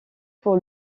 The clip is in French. pour